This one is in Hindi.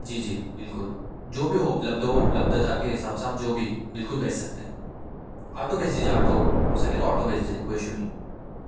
जी जी बिल्कुल जो भी हो उपलब्ध हो उपलब्धता के हिसाब से आप जो भी बिल्कुल भेज सकते हैं ऑटो भेज दीजिए ऑटो हो सके तो ऑटो भेज दीजिए कोई इशू नहीं है